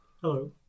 Hello